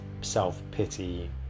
self-pity